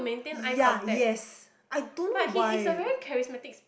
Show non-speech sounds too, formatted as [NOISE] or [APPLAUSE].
ya yes I don't know why [BREATH]